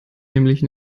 nämlich